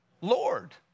Lord